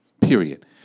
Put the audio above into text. period